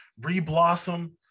re-blossom